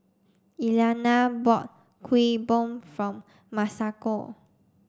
Eliana bought Kuih Bom from Masako